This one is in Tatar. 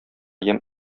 ямь